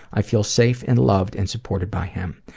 i feel safe and loved and supported by him.